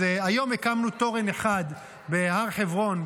היום הקמנו תורן אחד בהר חברון,